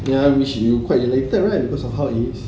ya which you quite elated right because of how he looks